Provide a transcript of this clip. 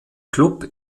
klub